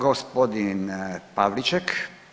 Gospodin Pavliček.